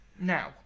Now